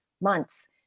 months